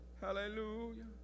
Hallelujah